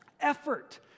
effort